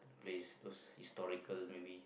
place those historical maybe